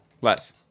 Less